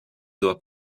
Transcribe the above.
doit